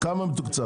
כמה מתוקצב?